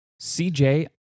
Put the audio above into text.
CJ